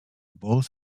both